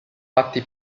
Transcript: patti